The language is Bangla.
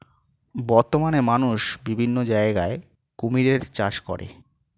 বর্তমানে মানুষ বিভিন্ন জায়গায় কুমিরের চাষ করে